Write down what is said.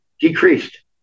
decreased